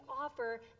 offer